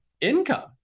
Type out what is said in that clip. income